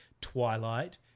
Twilight